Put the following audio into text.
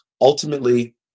ultimately